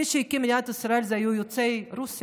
מי שהקימו את מדינת ישראל הם יוצאי רוסיה,